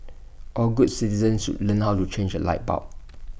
all good citizens should learn how to change A light bulb